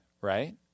right